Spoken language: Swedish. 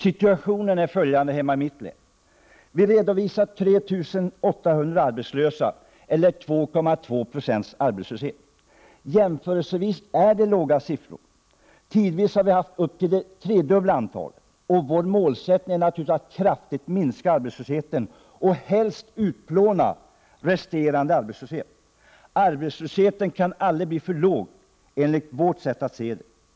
Situationen är följande hemma i mitt län: Vi redovisar 3 800 arbetslösa, eller 2,2 90 arbetslöshet. Det är jämförelsevis låga siffor. Tidvis har vi haft upp till det tredubbla antalet arbetslösa. Vår målsättning är naturligtvis att kraftigt minska arbetslösheten och helst utplåna resterande arbetslöshet. Arbetslösheten kan aldrig bli för låg enligt vårt sätt att se det. Herr talman!